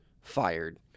fired